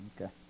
okay